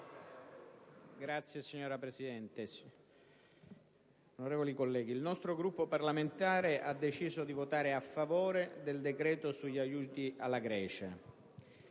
il nostro Gruppo parlamentare ha deciso di votare a favore del decreto sugli aiuti alla Grecia.